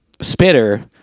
spitter